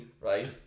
right